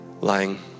lying